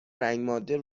رنگماده